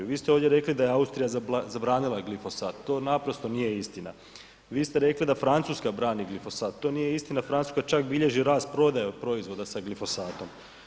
Vi ste ovdje rekli da je Austrija zabranila glifosat, to naprosto nije istina, vi ste rekli da Francuska brani glifosat, to nije istina, Francuska čak bilježi rast prodaje od proizvoda sa glifosatom.